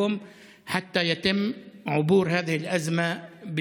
אנו שומרים על קשר עימכם ועם המשפחות